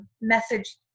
message